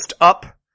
up